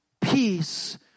peace